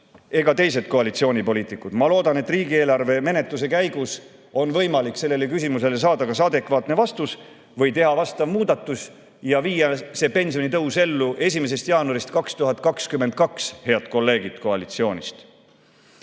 ega teised koalitsioonipoliitikud. Ma loodan, et riigieelarve menetluse käigus on võimalik sellele küsimusele saada kas adekvaatne vastus või teha vastav muudatus ja viia see pensionitõus ellu 1. jaanuarist 2022, head kolleegid koalitsioonist.